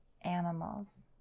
Animals